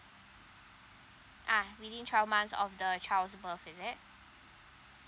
ah within twelve months of the child's birth is it